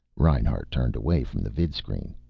reinhart turned away from the vidscreen.